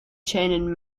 chain